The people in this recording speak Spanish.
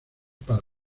para